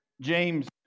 James